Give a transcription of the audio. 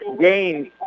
games